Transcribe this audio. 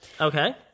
Okay